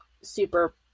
super